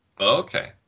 Okay